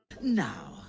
Now